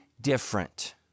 different